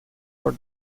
for